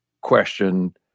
question